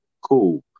cool